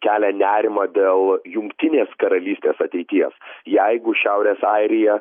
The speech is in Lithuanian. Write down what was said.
kelia nerimą dėl jungtinės karalystės ateities jeigu šiaurės airija